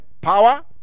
power